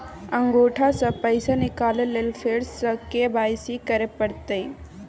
अंगूठा स पैसा निकाले लेल फेर स के.वाई.सी करै परतै?